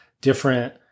different